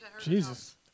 Jesus